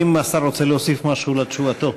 האם השר רוצה להוסיף משהו לתשובתו?